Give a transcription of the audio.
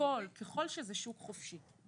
הכול, ככל שזה שוק חופשי.